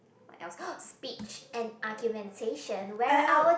what else oh speech and argumentation where our